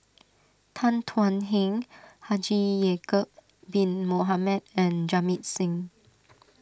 Tan Thuan Heng Haji Ya'Acob Bin Mohamed and Jamit Singh